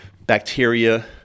bacteria